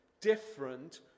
different